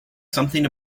something